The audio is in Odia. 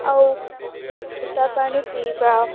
ଆଉ ଫୁଟା ପାଣି ପିଇବା